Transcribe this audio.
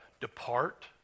depart